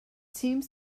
seems